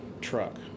truck